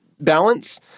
balance